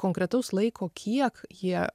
konkretaus laiko kiek jie